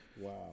Wow